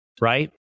right